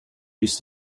used